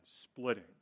splitting